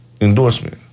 endorsement